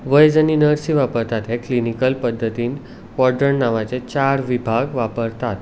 वैज आनी नर्सी वापरतात हे क्लिनिकल पद्दतीन क्वॉड्रण नांवाचे चार विभाग वापरतात